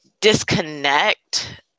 disconnect